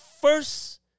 first